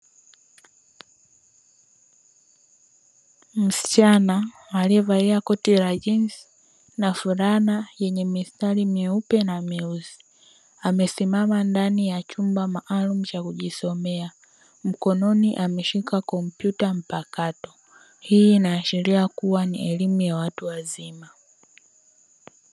Msichana aliyevalia koti la jinsi na fulana yenye mistari myeupe na myeusi, amesimama ndani ya chumba maalumu cha kujisomea, mkononi ameshika kompyuta mpakato. Hii inaashiria kuwa ni elimu ya watu wazima.